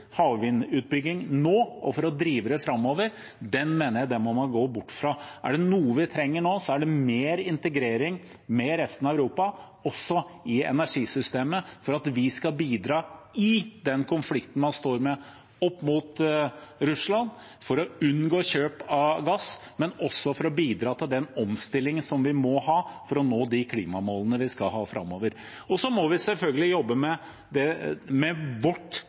havvindutbygging nå og for å drive det framover, den mener jeg man må gå bort fra. Er det noe vi trenger nå, er det mer integrering med resten av Europa, også i energisystemet, for at vi skal bidra i den konflikten man står i opp mot Russland, for å unngå kjøp av gass, men også for å bidra til den omstillingen som vi må ha for å nå de klimamålene vi skal ha framover. Så må vi selvfølgelig jobbe med